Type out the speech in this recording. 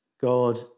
God